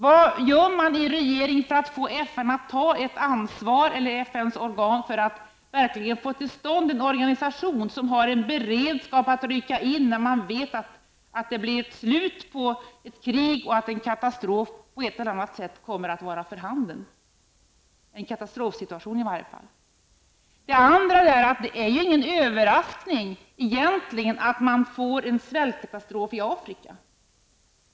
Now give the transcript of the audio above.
Vad gör man alltså i regeringen för att förmå FN, eller FNs organ att verkligen få till stånd en organisation som har en beredskap att rycka in när man vet att det blir slut på ett krig och att en katastrofsituation på ett eller annat sätt kommer att vara för handen? Det är ju egentligen ingen överraskning att man får en svältkatastrof i Afrika.